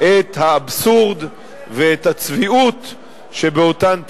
את האבסורד ואת הצביעות שבאותן טענות.